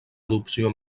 adopció